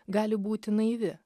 gali būti naivi